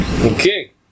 Okay